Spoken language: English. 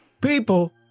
People